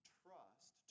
trust